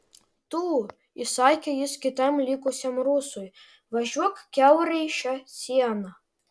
tu įsakė jis kitam likusiam rusui važiuok kiaurai šią sieną